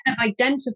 identify